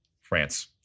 france